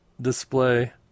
display